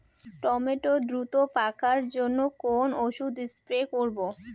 Tomato দ্রুত পাকার জন্য কোন ওষুধ স্প্রে করব?